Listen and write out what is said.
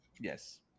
yes